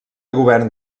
govern